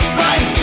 right